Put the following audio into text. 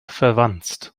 verwanzt